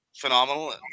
Phenomenal